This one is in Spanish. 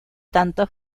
tanto